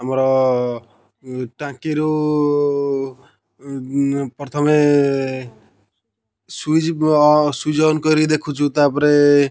ଆମର ଟାଙ୍କିରୁ ପ୍ରଥମେ ସୁଇଚ୍ ଅ ସୁଇଚ୍ ଅନ୍ କରି ଦେଖୁଛୁ ତାପରେ